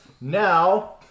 Now